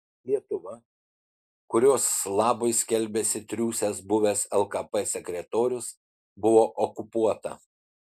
lietuva kurios labui skelbiasi triūsęs buvęs lkp sekretorius buvo okupuota